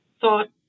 thought